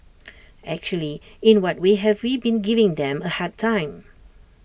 actually in what way have we been giving them A hard time